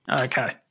okay